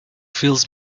fills